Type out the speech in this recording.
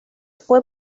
fue